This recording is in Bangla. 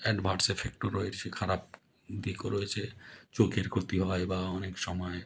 অ্যাডভার্স এফেক্টও রয়েছে খারাপ দিকও রয়েছে চোখের ক্ষতি হয় বা অনেক সময়